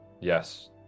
Yes